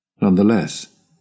Nonetheless